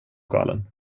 galen